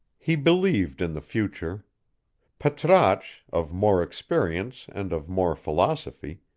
he believed in the future patrasche, of more experience and of more philosophy,